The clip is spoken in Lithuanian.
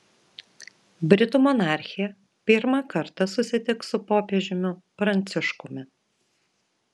britų monarchė pirmą kartą susitiks su popiežiumi pranciškumi